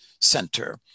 center